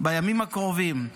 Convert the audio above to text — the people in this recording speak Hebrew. בימים הקרובים,